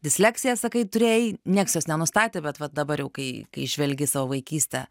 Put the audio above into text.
disleksiją sakai turėjai nieks jos nenustatė bet vat dabar jau kai kai žvelgi į savo vaikystę